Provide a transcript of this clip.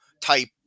type